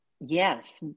Yes